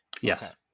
Yes